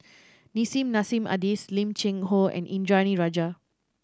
Nissim Nassim Adis Lim Cheng Hoe and Indranee Rajah